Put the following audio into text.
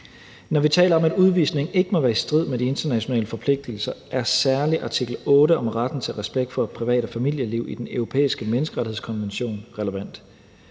Når vi taler om, at en udvisning ikke må være i strid med de internationale forpligtelser, er særlig artikel 8 i Den Europæiske Menneskerettighedskonvention om